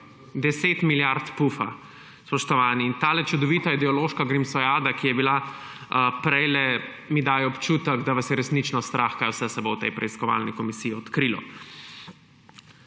10 milijard pufa, spoštovani. In tale čudovita ideološka grimsijada, ki je bila prejle, mi daje občutek, da vas je resnično strah, kaj vse se bo v tej preiskovalni komisiji odkrilo.